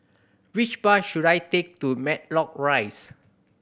which bus should I take to Matlock Rise